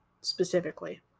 specifically